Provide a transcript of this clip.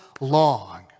long